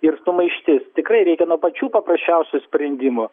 ir sumaištis tikrai reikia nuo pačių paprasčiausių sprendimų